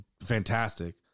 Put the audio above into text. fantastic